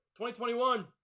2021